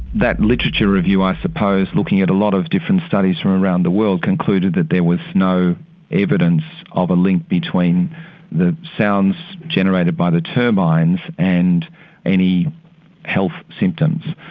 that literature review i suppose, looking at a lot of different studies from around the world, concluded ah there was no evidence of a link between the sounds generated by the turbines and any health symptoms.